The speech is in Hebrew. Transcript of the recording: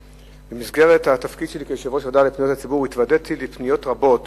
במסגרת התפקיד שלי כיושב-ראש הוועדה לפניות הציבור התוודעתי לפניות רבות